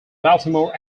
baltimore